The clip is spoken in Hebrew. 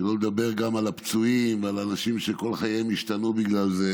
שלא לדבר על הפצועים ועל אנשים שכל חייהם השתנו בגלל זה,